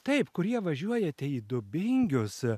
taip kurie važiuojate į dubingius